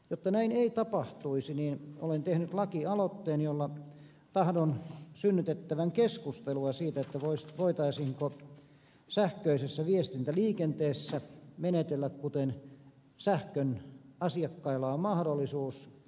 jotta näin ei tapahtuisi olen tehnyt lakialoitteen jolla tahdon synnytettävän keskustelua siitä voitaisiinko sähköisessä viestintäliikenteessä menetellä samoin kuin sähkön asiakkailla on mahdollisuus